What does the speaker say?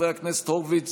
חברי הכנסת ניצן הורוביץ,